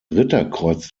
ritterkreuz